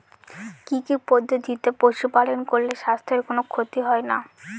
কি কি পদ্ধতিতে পশু পালন করলে স্বাস্থ্যের কোন ক্ষতি হয় না?